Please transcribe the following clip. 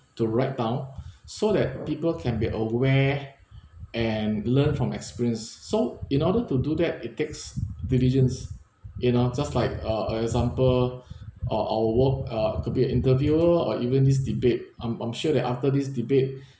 to write down so that people can be aware and learn from experience so in order to do that it takes diligence you know just like uh in example uh our work uh could be interviewer or even this debate I'm I'm sure that after this debate